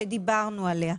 שדיברנו עליה,